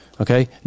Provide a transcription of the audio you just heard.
Okay